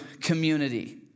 community